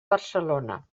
barcelona